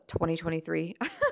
2023